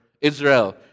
Israel